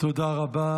תודה רבה.